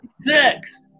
Six